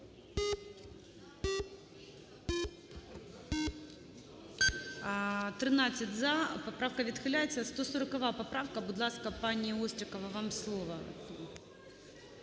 За-13 Поправка відхиляється. 140 поправка. Будь ласка, пані Острікова, вам слово.